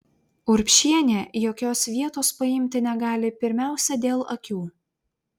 urbšienė jokios vietos paimti negali pirmiausia dėl akių